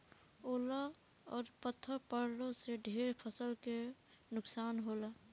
ओला अउर पत्थर पड़लो से ढेर फसल के नुकसान होला